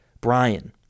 Brian